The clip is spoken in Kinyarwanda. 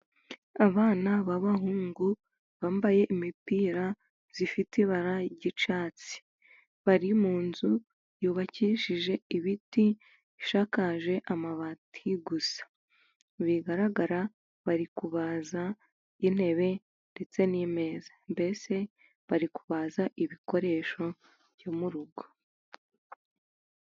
Abana b'abahungu bambaye imipira ifite ibara ry'icyatsi bari mu nzu yubakishije ibiti ishakaje amabati gusa. Mu bigaragara bari kubaza intebe ndetse n'ameza, mbese bari kubaza ibikoresho byo mu rugo.